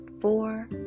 four